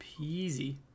peasy